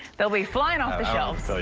they'll be flying off the shelves. so